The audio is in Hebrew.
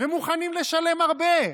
ומוכנים לשלם הרבה.